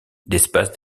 d’espaces